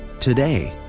today,